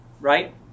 Right